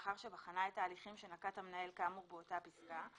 לאחר שבחנה את ההליכים שנקט המנהל כאמור באותה הפסקה,